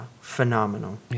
phenomenal